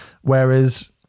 Whereas